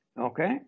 okay